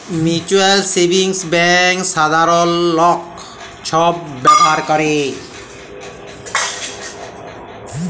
mutual savings bank সাধারল লক ছব ব্যাভার ক্যরে